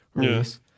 Yes